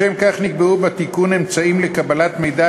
לשם כך נקבעו בתיקון אמצעים לקבלת מידע